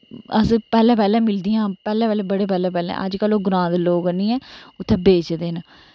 असेंई पैह्लै पैह्लै मिलदियां बड़ै पैह्लै पैह्लै अजकल ओह् ग्रांऽ दे लोक आह्नियै उत्थै बेचदे न